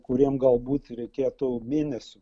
kuriem galbūt reikėtų mėnesio